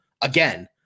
Again